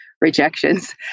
rejections